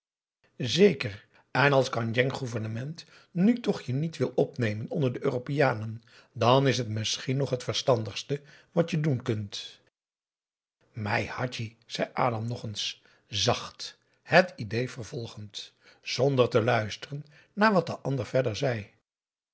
zeker en als kandjeng gouvernement nu toch je niet wil opnemen onder de europeanen dan is het misschien nog het verstandigste wat je doen kunt mij hadji zei adam nog eens zacht het idée vervolgend zonder te luisteren naar wat de andere verder zei